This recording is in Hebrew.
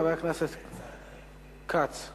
חבר הכנסת יעקב כץ.